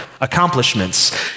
accomplishments